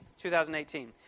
2018